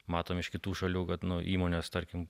matom iš kitų šalių kad nu įmonės tarkim